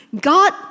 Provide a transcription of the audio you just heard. God